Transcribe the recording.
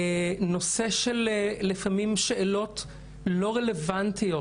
לפעמים הנושא של שאלות לא רלוונטיות